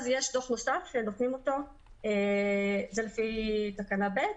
אז יש דוח נוסף, לפי תקנה ב',